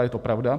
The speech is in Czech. Je to pravda.